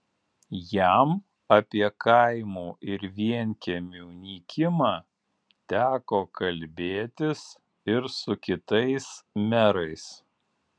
jam apie kaimų ir vienkiemių nykimą teko kalbėtis ir su kitais merais